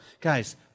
Guys